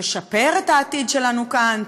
תשפר את העתיד שלנו כאן,